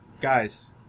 guys